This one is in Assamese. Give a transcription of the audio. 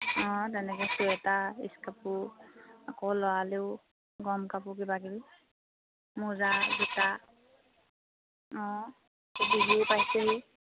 অঁ তেনেকৈ চুৱেটাৰ ইচ কাপোৰ আকৌ ল'ৰালৈও গম কাপোৰ কিবা কিবি মোজা জোতা অঁ পাইছেহি